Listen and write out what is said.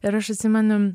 ir aš atsimenu